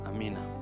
Amina